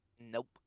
nope